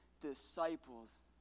disciples